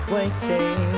Waiting